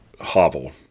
hovel